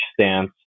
stance